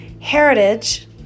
heritage